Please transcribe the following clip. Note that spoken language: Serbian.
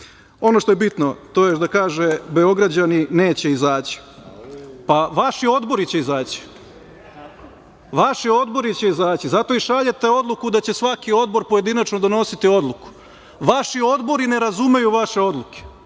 što je bitno, to je još da kaže – Beograđani neće izaći. Pa vaši odbori će izaći, vaši odbori će izaći, zato i šaljete odluku da će svaki odbor pojedinačno donositi odluku. Vaši odbori ne razumeju vaše odluke.